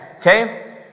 Okay